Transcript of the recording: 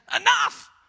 enough